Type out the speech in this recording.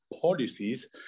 policies